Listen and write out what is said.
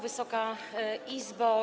Wysoka Izbo!